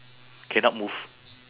cannot move